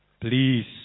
Please